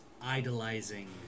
idolizing